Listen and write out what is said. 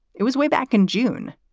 it was way back in june,